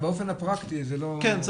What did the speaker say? אבל באופן הפרקטי זה לא --- כן,